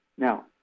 Now